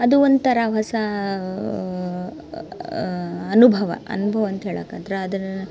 ಅದು ಒಂಥರ ಹೊಸ ಅನುಭವ ಅನುಭವ ಅಂತ ಹೇಳಕ್ಕ ಆದ್ರೆ ಅದ್ರ